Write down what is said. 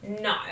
No